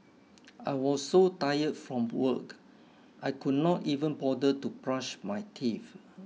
I was so tired from work I could not even bother to brush my teeth